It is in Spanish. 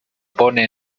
pone